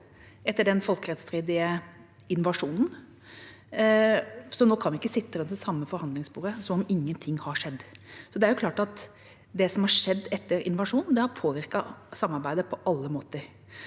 etter den folkerettsstridige invasjonen, så nå kan vi ikke sitte ved det samme forhandlingsbordet som om ingenting har skjedd. Det er klart at det som har skjedd etter invasjonen, har påvirket samarbeidet på alle måter.